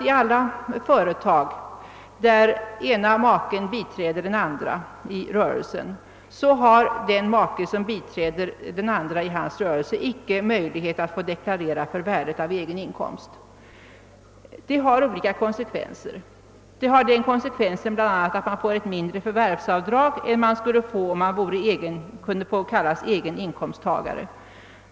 I alla företag där ena maken biträder den andre i en rörelse har den make som biträder icke möjlighet att få deklarera för värdet av egen inkomst. Detta har medfört olika konsekvenser, bl.a. den att man får ett mycket mindre förvärvsavdrag än man skulle få, om man kallades egen inkomsttagare.